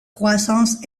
croissance